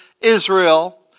Israel